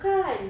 bukan